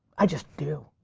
i just do,